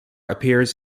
appears